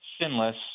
sinless